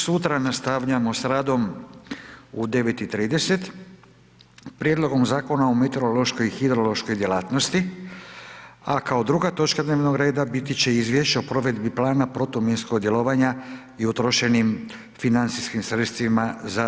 Sutra nastavljamo sa radom u 9,30h Prijedlogom zakona o meteorološkoj i hidrološkoj djelatnosti a kao druga točka dnevnog reda biti će Izvješće o provedbi plana protuminskog djelovanja i utrošenim financijskim sredstvima za